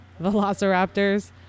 velociraptors